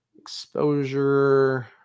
Exposure